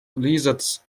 lizards